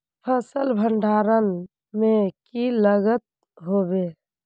फसल भण्डारण में की लगत होबे?